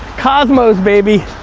cosmos, baby.